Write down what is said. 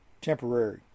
temporary